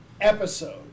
episode